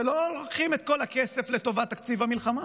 ולא לוקחים את כל הכסף לטובת תקציב המלחמה,